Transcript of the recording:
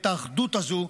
את האחדות הזו,